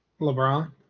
LeBron